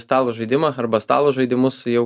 stalo žaidimą arba stalo žaidimus jau